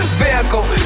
vehicle